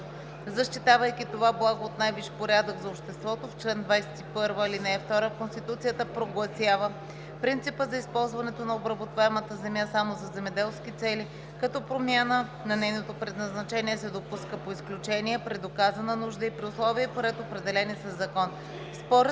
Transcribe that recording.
Защитавайки това благо от най-висш порядък за обществото, в чл. 21, ал. 2 Конституцията прогласява принципа за използването на обработваемата земя само за земеделски цели, като промяна на нейното предназначение се допуска по изключение при доказана нужда и при условия и по ред, определени със закон.